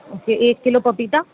okay ایک kilo پپیتا